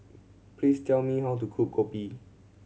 please tell me how to cook kopi